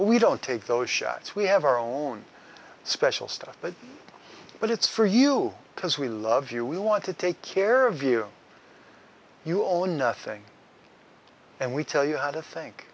shots we don't take those shots we have our own special stuff but but it's for you because we love you we want to take care of you you own nothing and we tell you how to think